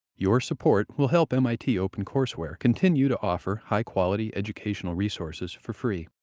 your support will help mit opencourseware continue to offer high quality educational resources for free.